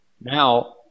Now